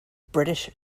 british